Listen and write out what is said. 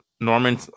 Norman